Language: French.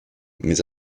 mais